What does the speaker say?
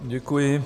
Děkuji.